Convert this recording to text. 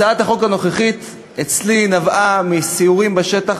הצעת החוק הנוכחית נבעה אצלי מסיורים בשטח